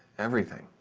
everything,